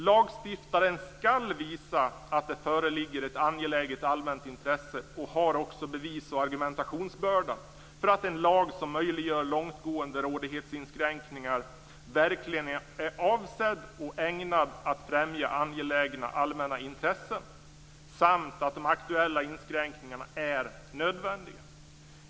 Lagstiftaren skall visa att det föreligger ett angeläget allmänt intresse och har också bevis och argumentationsbördan för att en lag som möjliggör långtgående rådighetsinskränkningar verkligen är avsedd och ägnad att främja angelägna allmänna intressen samt att de aktuella inskränkningarna är nödvändiga.